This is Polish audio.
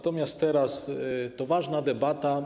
Teraz trwa ważna debata.